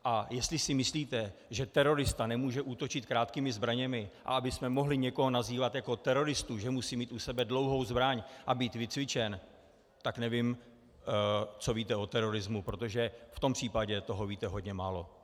A jestli si myslíte, že terorista nemůže útočit krátkými zbraněmi, a abychom mohli někoho nazývat jako teroristu, že musí mít u sebe dlouhou zbraň a být vycvičen, tak nevím, co víte o terorismu, protože v tom případě toho víte hodně málo.